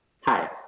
Hi